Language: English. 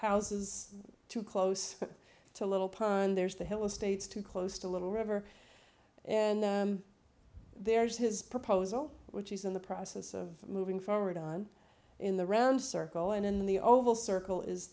houses too close to a little pond there's the hill states too close to little river and then there's his proposal which is in the process of moving forward on in the red circle and in the oval circle is